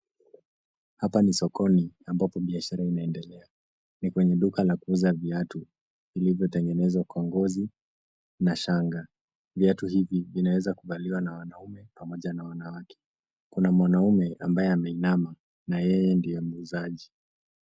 Hapa ni sokoni ambapo biashara inaendelea. Ni kwenye duka la kuuza viatu vilivyotengenezwa kwa ngozi na shanga. Viatu hivi vinaweza kuvaliwa na wanaume pamoja na wanawake. Kuna mwanaume ambaye ameinama na yeye ndiye muuzaji.